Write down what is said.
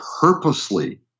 purposely